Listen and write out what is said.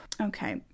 Okay